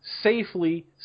safely